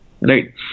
right